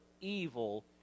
evil